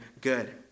good